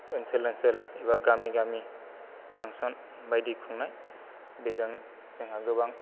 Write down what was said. ओनसोल ओनसोल एबा गामि गामि फांसन बायदि खुंनाय बेजों जोंहा गोबां